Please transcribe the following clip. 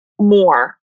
more